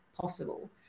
possible